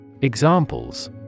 Examples